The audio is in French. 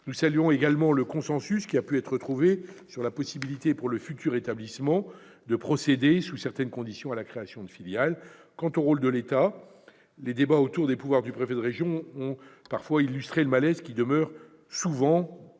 Nous saluons également le consensus qui a pu être trouvé sur la possibilité ouverte au futur établissement public de procéder, sous certaines conditions, à la création de filiales. En ce qui concerne le rôle joué par l'État, les débats sur les pouvoirs du préfet de région ont parfois illustré le malaise qui demeure souvent, dans